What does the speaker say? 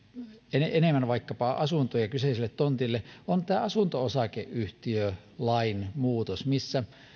enemmän vaikkapa asuntoja kyseiselle tontille on tämä asunto osakeyhtiölain muutos missä